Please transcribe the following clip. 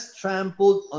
trampled